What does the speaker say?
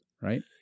right